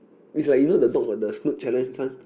is like you know the dog got the snoot challenge this one